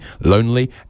lonely